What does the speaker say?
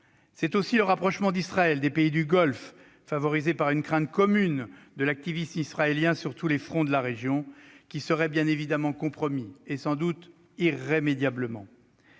C'est aussi le rapprochement d'Israël des pays du Golfe, favorisé par une crainte commune de l'activisme iranien sur tous les fronts de la région, qui serait bien évidemment compromis, sans doute irrémédiablement.